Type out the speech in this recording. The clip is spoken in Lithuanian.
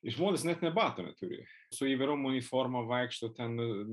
iš žmonės net ne batų neturi su įvairiom uniformom vaikšto ten